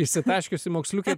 išsitaškiusi moksliukė